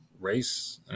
race